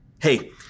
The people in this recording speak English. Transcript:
Hey